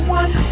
one